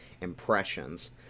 impressions